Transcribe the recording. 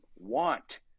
want